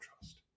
trust